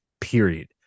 period